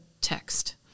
text